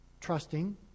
trusting